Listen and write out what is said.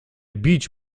bić